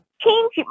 change